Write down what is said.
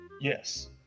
Yes